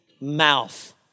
mouth